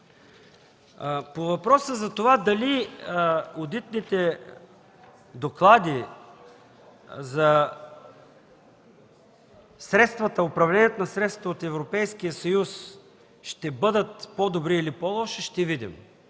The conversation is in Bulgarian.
По въпроса дали одитните доклади за управлението на средствата от Европейския съюз ще бъдат по-добри или по-лоши, ще видим.